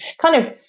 kind of